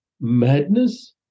madness